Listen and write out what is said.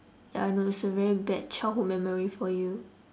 ya I know it's a very bad childhood memory for you